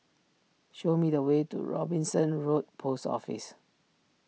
show me the way to Robinson Road Post Office